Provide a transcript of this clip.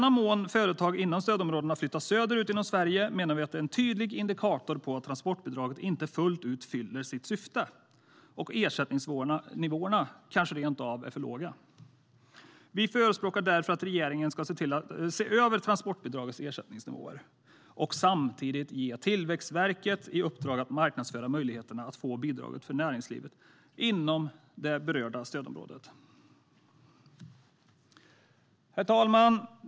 Att företag inom stödområdet flyttar söderut inom Sverige menar vi är en tydlig indikator på att transportbidraget inte fullt ut fyller sitt syfte och att ersättningsnivåerna kanske rentav är för låga. Vi förespråkar därför att regeringen ska se över transportbidragets ersättningsnivåer och samtidigt ge Tillväxtverket i uppdrag att marknadsföra möjligheterna att få bidraget för näringslivet inom det berörda stödområdet. Herr talman!